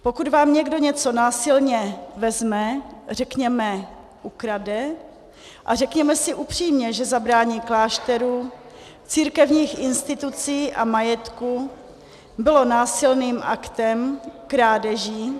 Pokud vám někdo něco násilně vezme, řekněme ukradne, a řekněme si upřímně, že zabrání klášterů, církevních institucí a majetku bylo násilným aktem, krádeží...